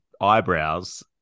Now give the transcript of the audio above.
eyebrows